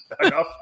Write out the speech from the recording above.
enough